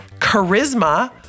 charisma